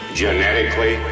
genetically